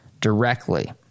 directly